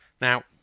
Now